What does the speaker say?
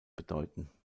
bedeuten